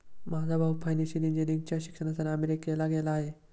माझा भाऊ फायनान्शियल इंजिनिअरिंगच्या शिक्षणासाठी अमेरिकेला गेला आहे